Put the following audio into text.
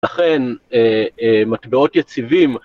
לכן, מטבעות יציבים...